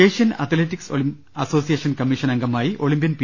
Asian athletics association commission അംഗമായി Olympian P